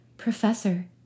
Professor